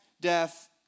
death